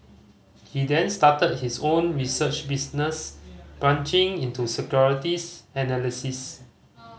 he then started his own research business branching into securities analysis